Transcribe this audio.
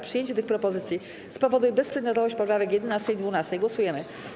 Przyjęcie tych propozycji spowoduje bezprzedmiotowość poprawek 11. i 12. Głosujemy.